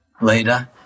Later